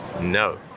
no